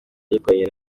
yayikoranye